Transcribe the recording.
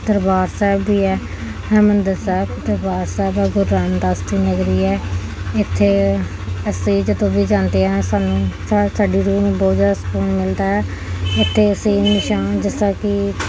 ਦਰਬਾਰ ਸਾਹਿਬ ਵੀ ਹੈ ਹਰਿਮੰਦਰ ਦਰਬਾਰ ਸਾਹਿਬ ਉਹ ਗੁਰੂ ਰਾਮਦਾਸ ਦੀ ਨਗਰੀ ਹੈ ਇੱਥੇ ਅਸੀਂ ਜਦੋਂ ਵੀ ਜਾਂਦੇ ਹਾਂ ਸਾਨੂੰ ਸਾਡੀ ਰੂਹ ਨੂੰ ਬਹੁਤ ਜ਼ਿਆਦਾ ਸਕੂਨ ਮਿਲਦਾ ਅਤੇ ਅਸੀਂ ਹਮੇਸ਼ਾ ਜਿਸ ਤਰ੍ਹਾਂ ਕਿ